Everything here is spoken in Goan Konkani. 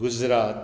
गुजरात